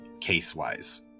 case-wise